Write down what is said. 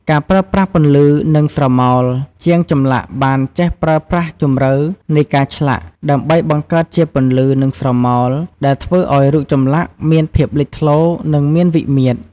ការប្រើប្រាស់ពន្លឺ និងស្រមោល ជាងចម្លាក់បានចេះប្រើប្រាស់ជម្រៅនៃការឆ្លាក់ ដើម្បីបង្កើតជាពន្លឺ និងស្រមោល ដែលធ្វើឱ្យរូបចម្លាក់មានភាពលេចធ្លោរ និងមានវិមាត្រ។